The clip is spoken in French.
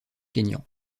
kényan